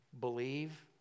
believe